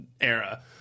era